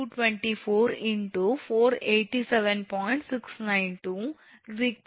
682 152